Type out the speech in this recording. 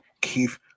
Keith